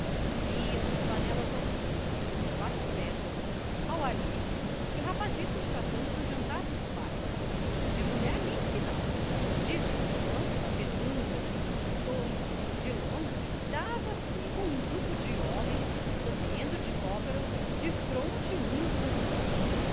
dois viam-se panelas ao fogo sobre quatro pedras ao ar livre e rapazitos tratando do jantar dos pais de mulher nem sinal de vez em quando na penumbra de um ensombro de lona dava-se com um grupo de homens comendo de cócoras defronte uns dos outros